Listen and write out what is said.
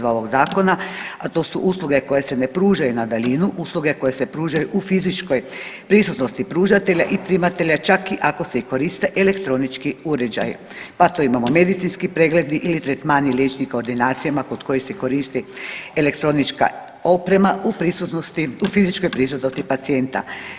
2 ovog Zakona, a to su usluge koje se ne pružaju na daljinu, usluge koje se pružaju u fizičkoj prisutnosti pružatelja i primatelja, ča i ako se koriste elektronički uređaji, pa tu imamo medicinski pregledi ili tretmani liječnika u ordinacijama kod kojih se koristi elektronička oprema u prisutnosti, u fizičkoj prisutnosti pacijenta.